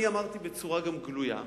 אני אמרתי בצורה גלויה,